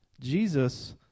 Jesus